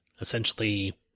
essentially